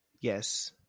Yes